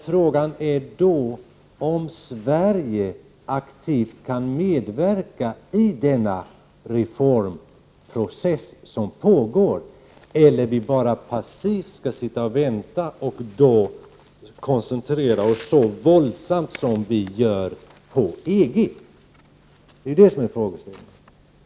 Frågan är om Sverige aktivt kan medverka i den reformprocess som pågår, eller om vi bara passivt skall sitta och vänta och koncentrera oss så våldsamt som vi nu gör på EG. Det är detta som är frågan.